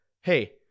Hey